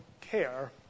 care